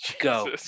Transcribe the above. go